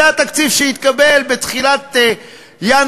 זה התקציב שהתקבל בינואר,